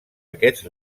aquests